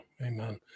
Amen